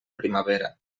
primavera